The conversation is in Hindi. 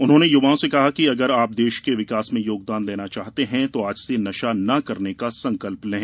उन्होंने युवाओं से कहा कि अगर आप देश के विकास में योगदान देना चाहते हैं तो आज से नशा न करने का संकल्प लें